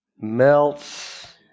melts